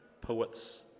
poets